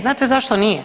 Znate zašto nije?